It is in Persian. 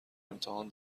امتحان